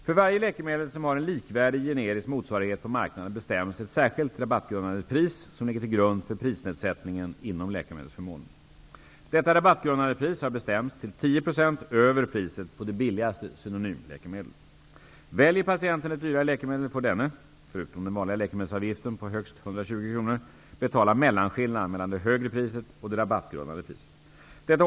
För varje läkemedel som har en likvärdig generisk motsvarighet på marknaden bestäms ett särskilt rabattgrundande pris som ligger till grund för prisnedsättningen inom läkemedelsförmånen. Detta rabattgrundande pris har bestämts till 10 % över priset på det billigaste synonymläkemedlet. Väljer patienten ett dyrare läkemedel får denne -- förutom den vanliga läkemedelsavgiften på högst 120 kronor -- betala mellanskillnaden mellan det högre priset och det rabattgrundande priset.